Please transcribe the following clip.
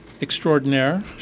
extraordinaire